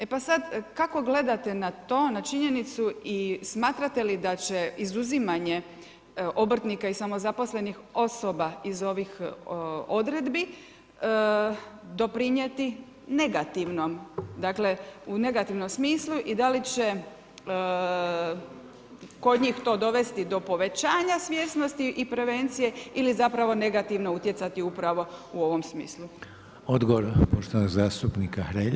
E pa sada kako gledate na to, na činjenicu i smatrate li da će izuzimanje obrtnika i samozaposlenih osoba iz ovih odredbi doprinijeti negativnom dakle, u negativnom smislu i da li će kod njih to dovesti do povećanja svjesnosti i prevencije ili zapravo negativno utjecati upravo u ovom smislu?